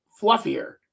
fluffier